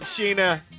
Sheena